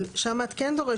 אבל שם את כן דורשת